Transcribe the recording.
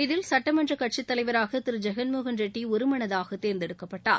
இதில் சுட்டமன்ற கட்சித் தலைவராக திரு ஜெகன்மோகன் ரெட்டி ஒருமனதாக தேர்ந்தெடுக்கப்பட்டார்